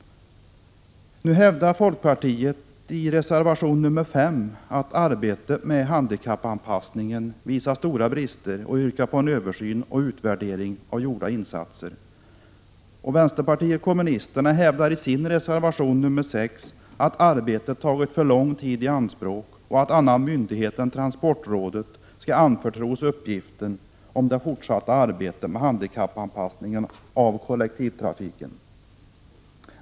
Folkpartiet hävdar i reservation nr 5 att arbetet med handikappanpassningen visar stora brister och yrkar på en översyn och en utvärdering av gjorda insatser. Vänsterpartiet kommunisterna hävdar i sin reservation nr 6 att arbetet tagit för lång tid i anspråk och att annan myndighet än transportrådet skall anförtros det fortsatta arbetet med handikappanpassningen av kollektivtrafiken.